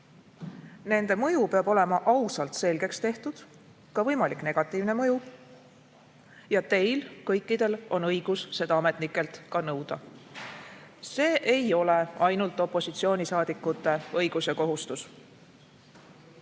nende mõju peab olema ausalt selgeks tehtud, ka võimalik negatiivne mõju. Teil kõikidel on õigus seda ametnikelt ka nõuda. See ei ole ainult opositsioonisaadikute õigus ja kohustus.